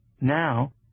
Now